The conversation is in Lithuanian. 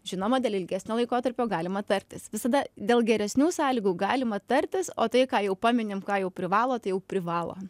žinoma dėl ilgesnio laikotarpio galima tartis visada dėl geresnių sąlygų galima tartis o tai ką jau paminim ką jau privalo tai jau privalo